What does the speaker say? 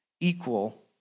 equal